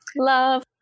Love